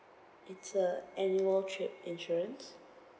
it's a annual trip insurance